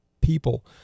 people